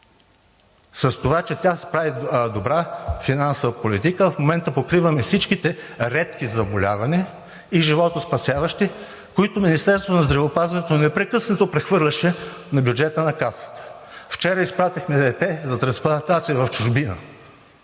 с това, че тя прави добра финансова политика, в момента покриваме всичките редки и животоспасяващи заболявания, които Министерството на здравеопазването непрекъснато прехвърляше на бюджета на Касата. Вчера изпратихме дете за трансплантация в чужбина.